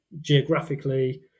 geographically